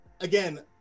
again